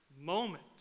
moment